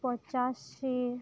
ᱯᱚᱸᱪᱟᱥᱤ